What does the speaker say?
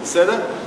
זה בסדר?